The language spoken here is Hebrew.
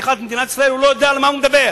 לביטחון מדינת ישראל לא יודע על מה הוא מדבר,